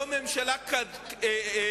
זו ממשלה כלכלית,